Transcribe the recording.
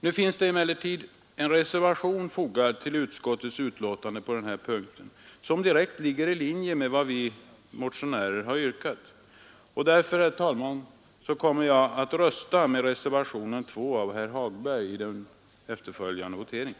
Det finns emellertid vid denna punkt i utskottets betänkande fogad en reservation som direkt ligger i linje med vad vi motionärer har yrkat. Därför, herr talman, kommer jag att rösta med reservationen 2 av herr Hagberg i den efterföljande voteringen.